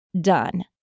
done